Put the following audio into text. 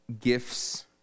gifts